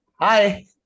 hi